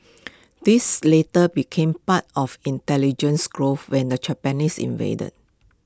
these later became part of intelligence grove when the Japanese invaded